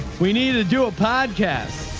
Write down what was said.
we needed to do a podcast.